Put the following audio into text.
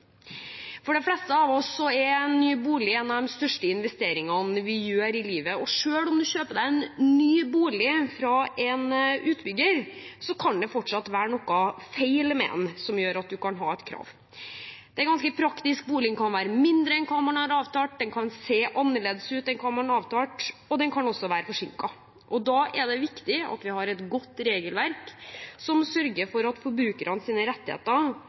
For de fleste av oss er en ny bolig en av de største investeringene vi gjør i livet, og selv om man kjøper seg en ny bolig fra en utbygger, kan det fortsatt være noe feil med den som gjør at man kan ha et krav. Det er ganske praktisk. Boligen kan være mindre enn hva man har avtalt, den kan se annerledes ut enn hva man har avtalt, og den kan også være forsinket. Da er det viktig at vi har et godt regelverk som sørger for at forbrukernes rettigheter